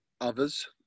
others